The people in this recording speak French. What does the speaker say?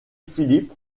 philippe